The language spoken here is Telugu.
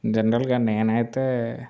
జనరల్గా నేనైతే